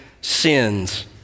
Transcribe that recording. sins